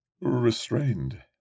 restrained